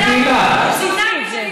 פנינה,